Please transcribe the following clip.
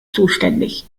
zuständig